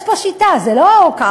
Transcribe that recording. יש פה שיטה, זה לא ככה.